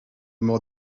more